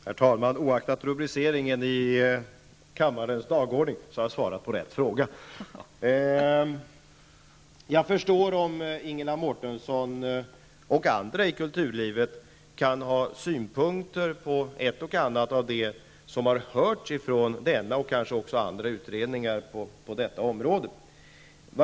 Herr talman! Oaktat rubriceringen på kammarens föredragningslista har jag svarat på rätt fråga. Jag förstår att Ingela Mårtensson och andra i kulturlivet kan ha synpunkter på ett och annat av det som har hörts ifrån denna och kanske även andra utredningar på detta område.